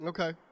Okay